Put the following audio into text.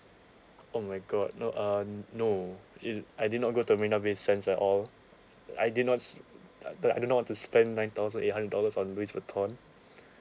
oh my god no uh no it I did not go to marina bay sands at all I did not I do not want to spend nine thousand eight hundred dollars on louis vuitton